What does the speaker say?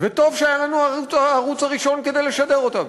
וטוב שהיה לנו הערוץ הראשון כדי לשדר אותם.